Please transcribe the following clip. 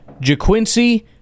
JaQuincy